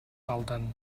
falten